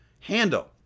handle